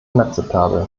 inakzeptabel